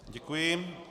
Děkuji.